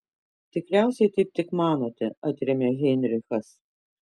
tikriausiai taip tik manote atrėmė heinrichas